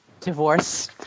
Divorce